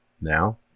Now